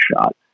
shot